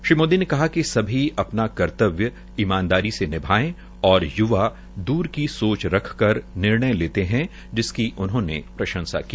श्री मोदी ने कहा कि सभी अपना कर्तव्य ईमानदारी से निभाये और य्वा दूर की सोच रख कर निर्णय लेते है जिसकी उनहोंने प्रंशसा की